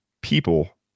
people